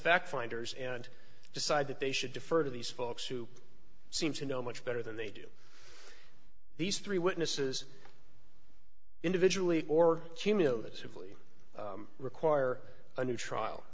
fact finders and decide that they should defer to these folks who seem to know much better than they do these three witnesses individually or cumulatively require a new trial